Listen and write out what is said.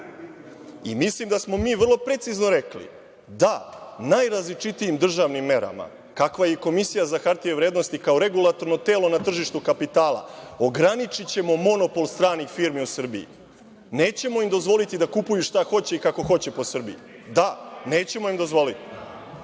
Mislim da smo mi vrlo precizno rekli – da, najrazličitijim državnim merama kakva je i Komisija za hartije od vrednosti kao regulatorno telo na tržištu kapitala. Ograničićemo monopol stranih firmi u Srbiji. Nećemo im dozvoliti da kupuju šta hoće i kako hoće po Srbiji. Da, nećemo im dozvoliti.